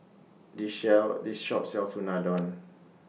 This share This Shop sells Unadon